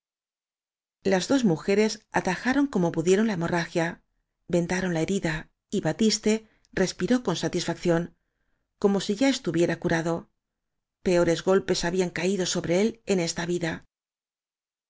las dos mujeres atajaron como pudieron la hemorragia vendaron la herida y batiste respiró con satisfacción como si ya estuviera curado peores golpes habían caído sobre él en esta vida